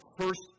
first